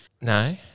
No